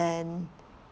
and